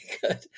Good